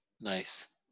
nice